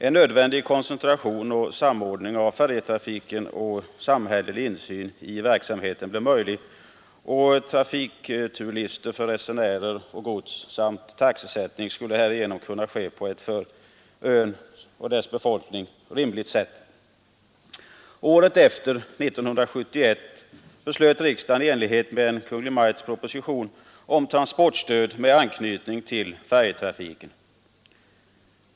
En nödvändig koncentration och styrning av färjetrafiken och samhällelig insyn i verksamheten blev möjlig, och trafikoch turlistor för resenärer och gods samt taxesättning skulle härigenom kunna utformas på ett för ön och dess befolkning rimligt sätt. Året därefter, 1971, beslöt riksdagen i enlighet med Kungl. Maj:ts proposition om transportstöd med anknytning till färjetrafiken.